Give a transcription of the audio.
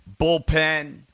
bullpen